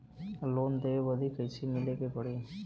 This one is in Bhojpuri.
लोन लेवे बदी कैसे मिले के पड़ी?